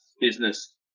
business